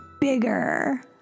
bigger